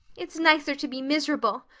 it's nicer to be miserable!